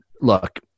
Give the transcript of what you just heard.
look